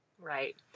Right